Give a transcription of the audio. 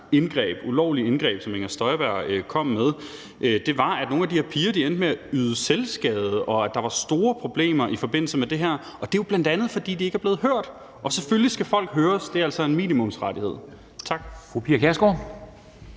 indgreb, som Inger Støjberg gennemførte, var, at nogle af de her piger endte med at begå selvskade, og der var store problemer i forbindelse med det her, og det er jo bl.a., fordi de ikke er blevet hørt. Selvfølgelig skal folk høres – det er altså en minimumsrettighed. Tak.